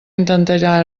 intentarà